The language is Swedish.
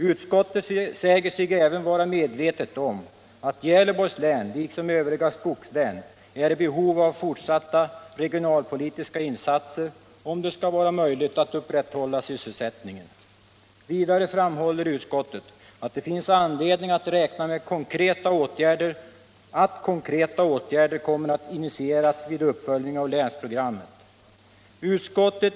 Utskottet säger sig även vara medvetet om att Gävleborgs län liksom övriga skogslän är i behov av fortsatta regionalpolitiska insatser om det skall vara möjligt att upprätthålla sysselsättningen. Vidare framhåller utskottet att det finns anledning räkna med att konkreta åtgärder kommer att initieras vid uppföljningen av länsprogrammet.